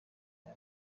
aya